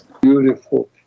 Beautiful